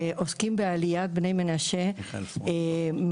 עוסקים בעליית בני מנשה מההתחלה,